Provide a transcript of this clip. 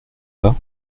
pas